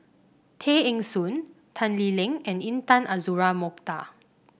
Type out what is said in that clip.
Tay Eng Soon Tan Lee Leng and Intan Azura Mokhtar